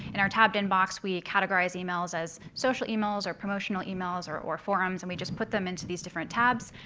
in our tabbed inbox, we categorize emails as social emails, or promotional emails, or or forums, and we just put them into these different tabs.